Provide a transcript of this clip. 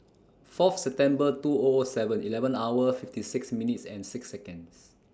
four of September two O O Seven Eleven hours fifty six minutes and six Seconds